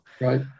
right